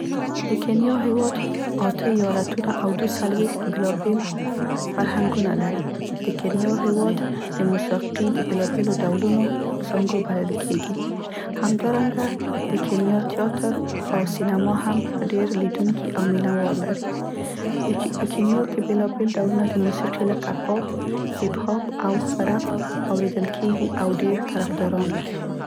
د کینیا هیواد اته ایالتونه او دوڅلویښت بیلابیل فرهنګونه لري. د کینیا هیواد د موسیقي د بیلابیلو ډولونو زانګو بلل کیږي. همدارنګه د کینیا تیاتر او سینما هم ډیر لیدونکي او مینه وال لري. په کینیا کې بیلابیل ډولونه د موسیقي لکه پاپ، هیپ هاپ او رپ اوریدل کیږي او ډیر طرفداران لري.